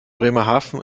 bremerhaven